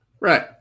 Right